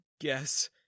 guess